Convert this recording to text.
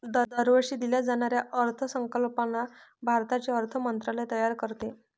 दरवर्षी दिल्या जाणाऱ्या अर्थसंकल्पाला भारताचे अर्थ मंत्रालय तयार करते